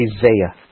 Isaiah